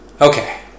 Okay